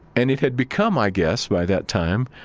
and it had become, i guess, by that time,